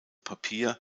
papier